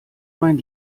mein